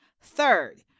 Third